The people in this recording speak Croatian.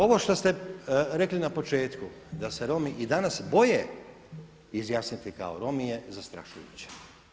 Ovo što ste rekli na početku da se Romi i danas boje izjasniti kao Romi je zastrašujuće.